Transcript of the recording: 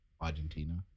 Argentina